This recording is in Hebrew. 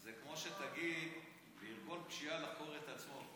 זה כמו שתגיד שארגון פשיעה יחקור את עצמו,